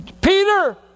Peter